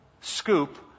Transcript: scoop